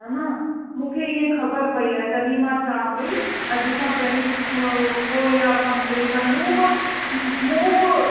हेन मूंखे ईअं ख़बरु पई आहे तॾहिं मां चवां पई अॼु खां पहिरीं को इहा कंप्लेन कर मूं बि मूं बि